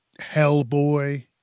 Hellboy